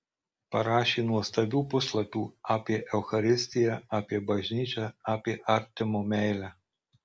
parašė nuostabių puslapių apie eucharistiją apie bažnyčią apie artimo meilę